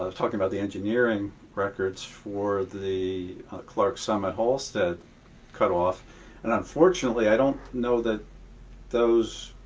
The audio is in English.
um talking about the engineering records for the clarks summit-hallstead cut-off and, unfortunately, i don't know that those